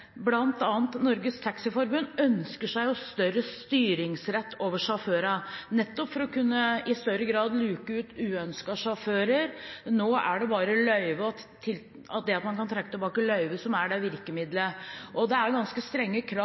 ønsker seg større styringsrett over sjåførene nettopp for i større grad å kunne luke ut uønskede sjåfører. Nå er det bare det at man kan trekke tilbake løyvet, som er virkemidlet. Det er ganske strenge krav